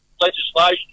legislation